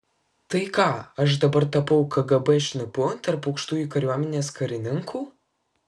tai ką aš dabar tapau kgb šnipu tarp aukštųjų kariuomenės karininkų